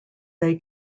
they